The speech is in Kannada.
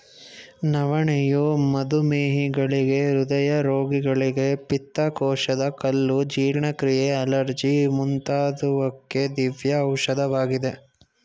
ನವಣೆಯು ಮಧುಮೇಹಿಗಳಿಗೆ, ಹೃದಯ ರೋಗಿಗಳಿಗೆ, ಪಿತ್ತಕೋಶದ ಕಲ್ಲು, ಜೀರ್ಣಕ್ರಿಯೆ, ಅಲರ್ಜಿ ಮುಂತಾದುವಕ್ಕೆ ದಿವ್ಯ ಔಷಧವಾಗಿದೆ